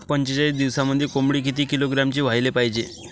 पंचेचाळीस दिवसामंदी कोंबडी किती किलोग्रॅमची व्हायले पाहीजे?